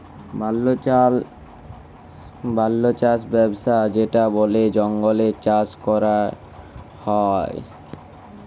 বল্য চাস ব্যবস্থা যেটা বলে জঙ্গলে চাষ ক্যরা হ্যয়